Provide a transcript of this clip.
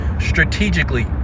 Strategically